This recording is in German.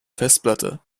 festplatte